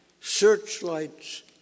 searchlights